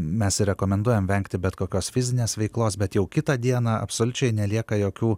mes rekomenduojam vengti bet kokios fizinės veiklos bet jau kitą dieną absoliučiai nelieka jokių